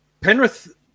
Penrith